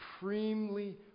supremely